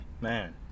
Man